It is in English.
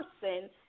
person